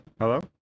Hello